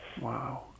Wow